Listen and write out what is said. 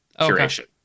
curation